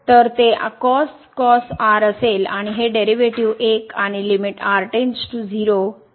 तर ते असेल आणि हे डेरीवे टीव 1 आणि लिमिट r → 0 1 होईल